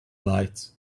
lights